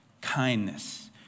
kindness